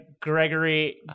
Gregory